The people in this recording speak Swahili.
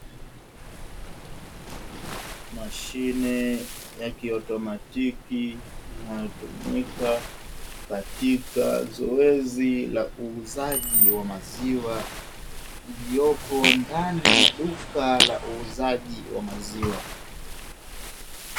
Mashine ye kiautomatiki inayotumika katika zoezi la uuzaji wa maziwa iliyoko ndani ya duka la uuzaji wa maziwa.